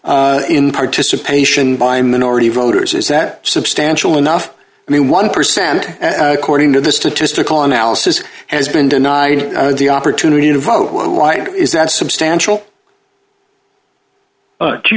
in participation by minority voters is that substantial enough i mean one percent according to the statistical analysis has been denied the opportunity to vote when right is that